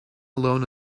alone